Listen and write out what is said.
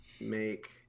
make